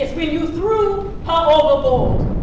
when you threw her overboard.